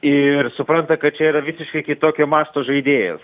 ir supranta kad čia yra visiškai kitokio masto žaidėjas